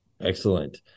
Excellent